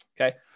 Okay